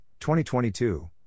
2022